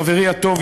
חברי הטוב,